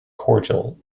cordial